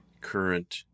current